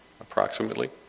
approximately